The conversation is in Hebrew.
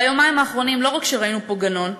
ביומיים האחרונים לא ראינו פה רק גנון,